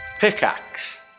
Pickaxe